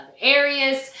areas